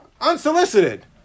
unsolicited